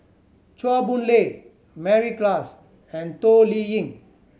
Chua Boon Lay Mary Klass and Toh Liying